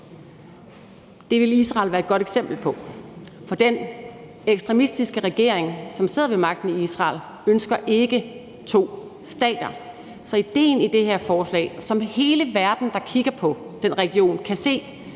Det ville Israel være et godt eksempel på, for den ekstremistiske regering, som sidder ved magten i Israel, ønsker ikke to stater. Så idéen i det her forslag er: Som hele verden, der kigger på den region, kan se,